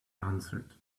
answered